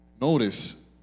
Notice